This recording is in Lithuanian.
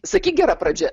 sakyk gera pradžia